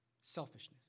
selfishness